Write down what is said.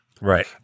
Right